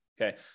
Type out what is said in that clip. Okay